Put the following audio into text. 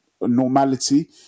normality